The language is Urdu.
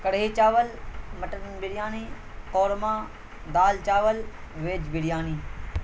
کڑھی چاول مٹن بریانی قورمہ دال چاول ویج بریانی